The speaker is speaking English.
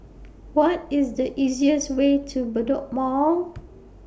What IS The easiest Way to Bedok Mall